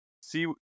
see